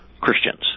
Christians